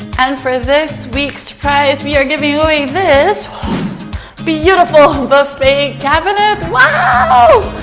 and for this week's prize we are giving away this beautiful buffet cabinet! wow!